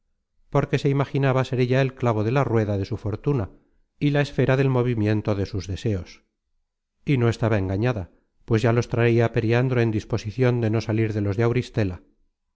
porque se imaginaba ser ella el clavo de la rueda de su fortuna y la esfera del movimiento de sus deseos y no estaba engañada pues ya los traia periandro en disposicion de no salir de los de auristela